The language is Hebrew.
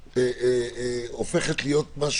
הוא היה אמור להיות לפני שנה ורבע